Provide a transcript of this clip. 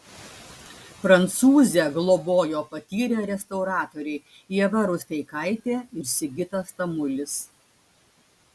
prancūzę globojo patyrę restauratoriai ieva rusteikaitė ir sigitas tamulis